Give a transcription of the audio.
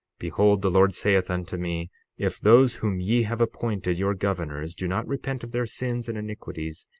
behold, the lord saith unto me if those whom ye have appointed your governors do not repent of their sins and iniquities,